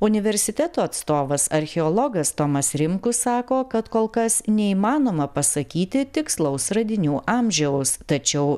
universiteto atstovas archeologas tomas rimkus sako kad kol kas neįmanoma pasakyti tikslaus radinių amžiaus tačiau